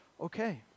okay